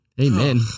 Amen